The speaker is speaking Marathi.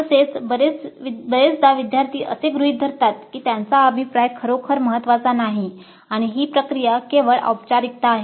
तसेच बरेचदा विद्यार्थी असे गृहीत धरतात की त्यांचा अभिप्राय खरोखर महत्वाचा नाही आणि ही प्रक्रिया केवळ औपचारिकता आहे